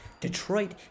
Detroit